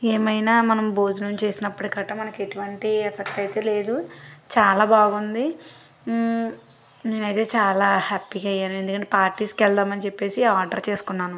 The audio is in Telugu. ఏమైనా మనం భోజనం చేసినప్పుడు కట్టా మనకు ఎటువంటి ఎఫెక్ట్ అయితే లేదు చాలా బాగుంది నేనైతే చాలా హ్యాపీగా అయ్యాను ఎందుకంటే పార్టీస్కి వెళ్దామని చెప్పేసి ఆర్డర్ చేసుకున్నాను